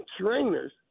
trainers